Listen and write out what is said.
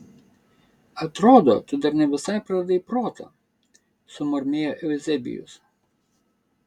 atrodo tu dar ne visai praradai protą sumurmėjo euzebijus